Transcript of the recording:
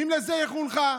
אם לזה היא חונכה,